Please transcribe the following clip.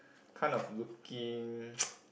kind of looking